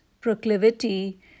proclivity